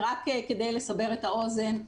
ורק כדי לסבר את האוזן,